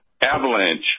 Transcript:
avalanche